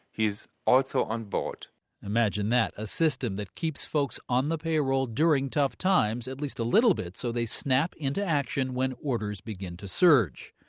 he is also onboard imagine that. a system that keeps folks on the payroll during tough times, at least a little bit, so they snap into action when orders begin to surge.